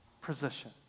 position